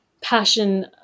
passion